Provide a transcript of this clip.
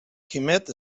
quimet